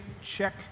check